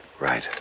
Right